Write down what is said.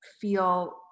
feel